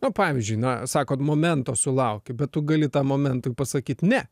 na pavyzdžiui na sakot momento sulauki bet tu gali tam momentui ir pasakyt ne